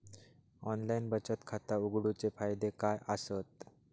Online बचत खाता उघडूचे फायदे काय आसत?